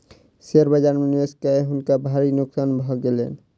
share बाजार में निवेश कय हुनका भारी नोकसान भ गेलैन